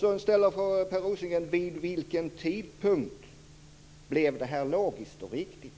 Sedan ställer Per Rosengren frågan vid vilken tidpunkt detta blev logiskt och riktigt.